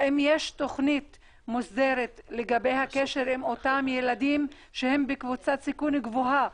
האם יש תכנית מוסדרת לגבי הקשר עם אותם ילדים שהם בקבוצת סיכון גבוהה,